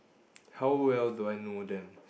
how well do I know them